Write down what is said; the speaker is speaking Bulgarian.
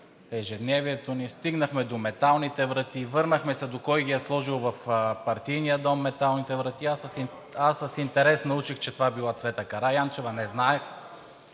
ежедневието ни, стигнахме до металните врати, върнахме се до кой ги е сложил в Партийния дом. (Реплики от ГЕРБ-СДС.) Аз с интерес научих, че това била Цвета Караянчева, не знаех.